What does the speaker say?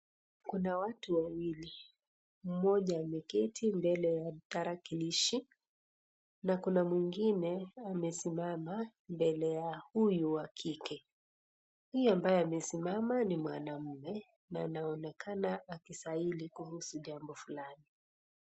Kuna watu wawili, mmoja ameketi mbele ya tarakilishi na kuna mwingine amesimama mbele ya huyu wa kike. Huyu ambaye amesimama ni mwanaume na anaonekana akisaidi kuhusu jambo fulani.